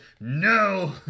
no